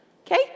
Okay